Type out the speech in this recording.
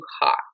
hot